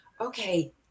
okay